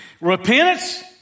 Repentance